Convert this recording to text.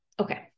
Okay